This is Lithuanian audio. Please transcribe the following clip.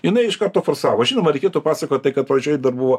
jinai iš karto forsavo žinoma reikėtų pasakot tai kad pradžioj dar buvo